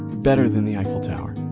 better than the eiffel tower.